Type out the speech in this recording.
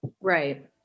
Right